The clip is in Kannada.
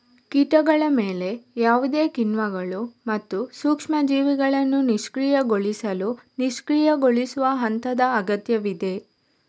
ಕೀಟಗಳ ಮೇಲೆ ಯಾವುದೇ ಕಿಣ್ವಗಳು ಮತ್ತು ಸೂಕ್ಷ್ಮ ಜೀವಿಗಳನ್ನು ನಿಷ್ಕ್ರಿಯಗೊಳಿಸಲು ನಿಷ್ಕ್ರಿಯಗೊಳಿಸುವ ಹಂತದ ಅಗತ್ಯವಿದೆ